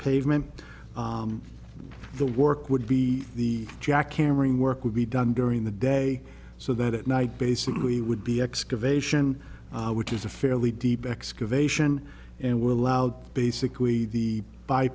pavement the work would be the jackhammering work would be done during the day so that at night basically would be excavation which is a fairly deep excavation and will allow the basically the by